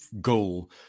goal